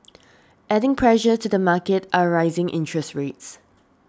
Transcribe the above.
adding pressure to the market are rising interest rates